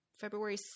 February